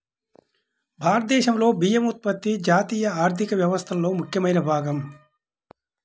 భారతదేశంలో బియ్యం ఉత్పత్తి జాతీయ ఆర్థిక వ్యవస్థలో ముఖ్యమైన భాగం